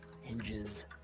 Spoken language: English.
hinges